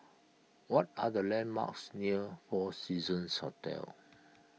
what are the landmarks near four Seasons Hotel